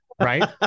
Right